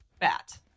bat